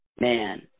man